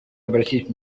обратить